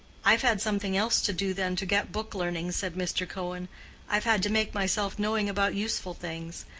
i've had something else to do than to get book-learning. said mr. cohen i've had to make myself knowing about useful things.